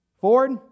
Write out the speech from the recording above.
ford